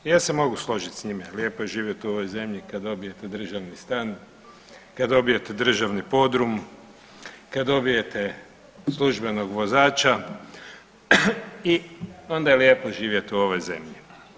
Ja se mogu složiti s njime, lijepo je živjeti u ovoj zemlji kada dobijete državni stan, kada dobijete državni podrum, kada dobijete službenog vozača i onda je lijepo živjeti u ovoj zemlji.